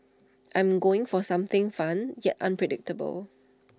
I'm going for something fun yet unpredictable